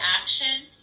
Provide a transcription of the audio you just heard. action